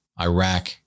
Iraq